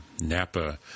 Napa